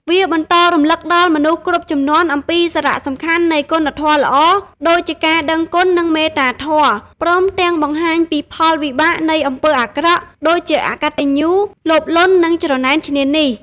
វាបន្តរំឭកដល់មនុស្សគ្រប់ជំនាន់អំពីសារៈសំខាន់នៃគុណធម៌ល្អ ដូចជាការដឹងគុណ និងមេត្តាធម៌ ព្រមទាំងបង្ហាញពីផលវិបាកនៃអំពើអាក្រក់ ដូចជាអកតញ្ញូ លោភលន់ និងច្រណែនឈ្នានីស។